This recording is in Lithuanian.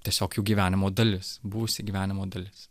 tiesiog jų gyvenimo dalis buvusi gyvenimo dalis